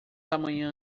amanhã